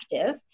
active